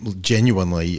genuinely